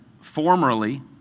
formerly